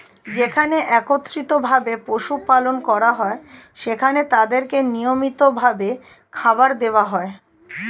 যেখানে একত্রিত ভাবে পশু পালন করা হয়, সেখানে তাদেরকে নিয়মিত ভাবে খাবার দেওয়া হয়